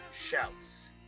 shouts